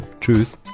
Tschüss